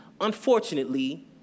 unfortunately